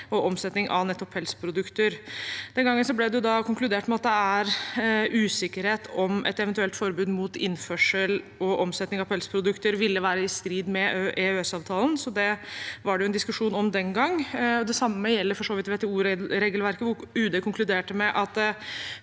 og omsetning av nettopp pelsprodukter. Den gangen ble det konkludert med at det er usikkerhet om hvorvidt et eventuelt forbud mot innførsel og omsetning av pelsprodukter ville være i strid med EØS-avtalen, så det var altså en diskusjon om det den gangen. Det samme gjelder for så vidt WTO-regelverket, hvor UD konkluderte med at